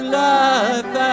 life